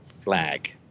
Flag